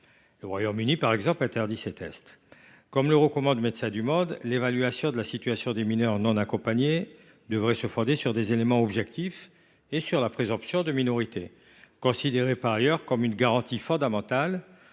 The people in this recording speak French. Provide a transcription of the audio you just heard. au Royaume Uni. Ensuite, comme le recommande l’association Médecins du monde, l’évaluation de la situation des mineurs non accompagnés devrait se fonder sur des éléments objectifs et sur la présomption de minorité, considérée d’ailleurs comme une garantie fondamentale